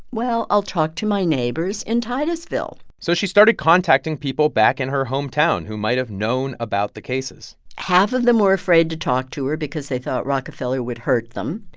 well, i'll talk to my neighbors in titusville so she started contacting people back in her hometown who might have known about the cases half of them were afraid to talk to her because they thought rockefeller would hurt them.